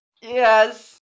Yes